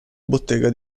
bottega